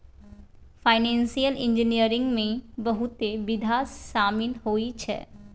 financial engineering में बहुते विधा शामिल होइ छै